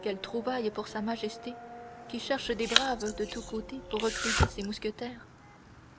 quelle trouvaille pour sa majesté qui cherche des braves de tous côtés pour recruter ses mousquetaires